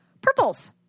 Purples